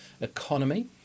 economy